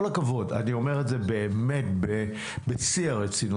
אבל כל הכבוד ואני אומר את זה באמת בשיא הרצינות.